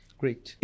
great